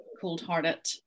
cold-hearted